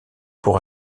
pour